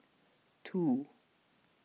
two